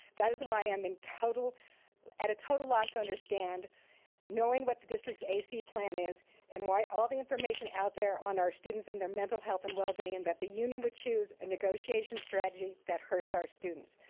that is why i'm and at a total loss to understand knowing what the district's ac plan is and why all the information out there on our students and their mental health and well-being and that the union would choose a negotiation strategy that hurts our students.